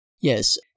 Yes